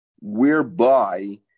whereby